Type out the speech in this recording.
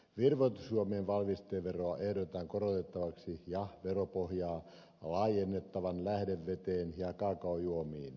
virvoitusjuomien valmisteveroa ehdotetaan korotettavaksi ja veropohjaa laajennettavan lähdeveteen ja kaakaojuomiin